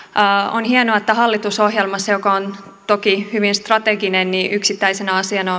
on hienoa että hallitusohjelmassa joka on toki hyvin strateginen yksittäisenä asiana